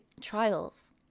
trials